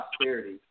prosperity